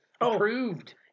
approved